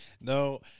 No